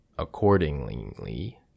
Accordingly